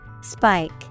Spike